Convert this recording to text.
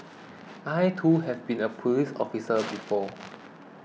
I too have been a police officer before